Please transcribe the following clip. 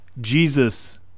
Jesus